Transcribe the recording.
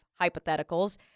hypotheticals